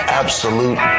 absolute